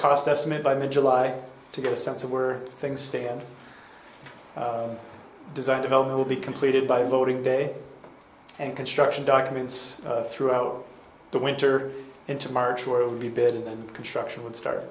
cost estimate by mid july to get a sense of where things stand design develop will be completed by voting day and construction documents throughout the winter into march where it will be bid and construction would start